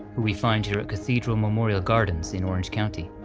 who we find here at cathedral memorial gardens in orange county.